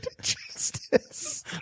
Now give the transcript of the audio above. Justice